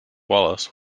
wallace